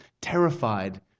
Terrified